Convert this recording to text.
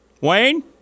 Wayne